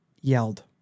yelled